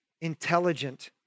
intelligent